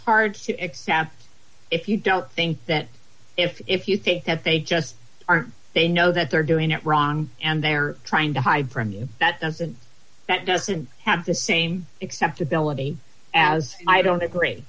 hard to accept if you don't think that if you think that they just are they know that they're doing it wrong and they are trying to hide from you that doesn't that doesn't have the same acceptability as i don't agree